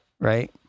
Right